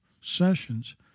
Sessions